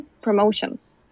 promotions